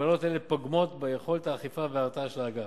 מגבלות אלה פוגמות ביכולת האכיפה וההרתעה של האגף.